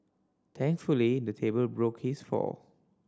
thankfully the table broke his fall